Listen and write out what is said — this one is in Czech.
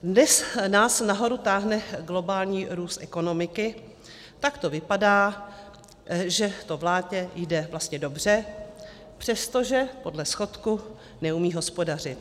Dnes nás nahoru táhne globální růst ekonomiky, tak to vypadá, že to vládě jde vlastně dobře, přestože podle schodku neumí hospodařit.